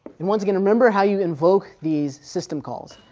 once again, remember how you invoke these system calls.